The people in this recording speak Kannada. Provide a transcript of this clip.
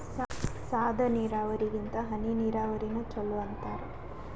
ಸಾದ ನೀರಾವರಿಗಿಂತ ಹನಿ ನೀರಾವರಿನ ಚಲೋ ಅಂತಾರ